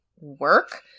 work